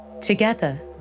Together